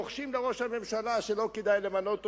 לוחשים לראש הממשלה שלא כדאי למנות אותו,